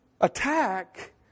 attack